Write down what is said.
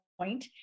point